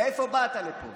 מאיפה באת לפה?